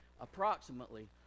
approximately